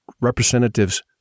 representatives